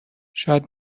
شاید